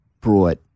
brought